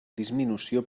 disminució